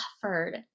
suffered